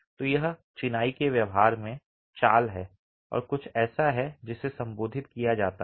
तो यह चिनाई के व्यवहार में चाल है और कुछ ऐसा है जिसे संबोधित किया जाता है